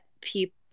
people